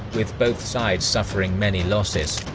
with both sides suffering many losses.